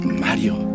Mario